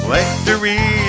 Victory